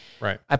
Right